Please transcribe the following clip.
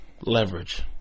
leverage